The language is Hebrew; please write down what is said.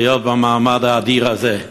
להיות במעמד האדיר הזה.